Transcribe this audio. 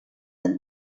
and